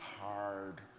hard